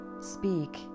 speak